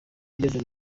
ageze